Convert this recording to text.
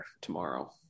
tomorrow